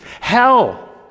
hell